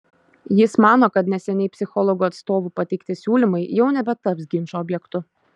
jis mano kad neseniai psichologų atstovų pateikti siūlymai jau nebetaps ginčo objektu